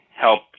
help